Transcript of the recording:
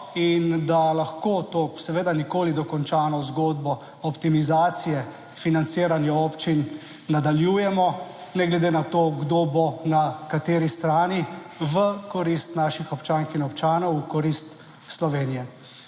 in da lahko to seveda nikoli dokončano zgodbo optimizacije financiranja občin nadaljujemo, ne glede na to, kdo bo na kateri strani, v korist naših občank in občanov, v korist Slovenije.